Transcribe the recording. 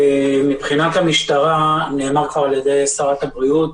מבחינת המשטרה, כבר נאמר על ידי שרת התיירות,